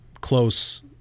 close